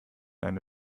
eine